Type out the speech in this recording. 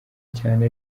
cyane